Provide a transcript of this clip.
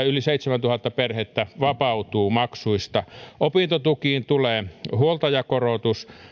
yli seitsemäntuhatta perhettä vapautuu maksuista opintotukiin tulee huoltajakorotus